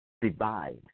divide